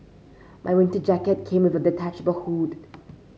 my winter jacket came with a detachable hood